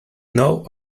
know